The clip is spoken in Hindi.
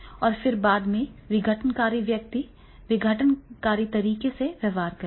और फिर बाद में विघटनकारी व्यक्ति विघटनकारी तरीके से व्यवहार करेगा